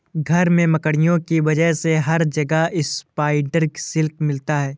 घर में मकड़ियों की वजह से हर जगह स्पाइडर सिल्क मिलता है